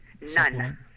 None